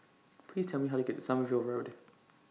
Please Tell Me How to get to Sommerville Road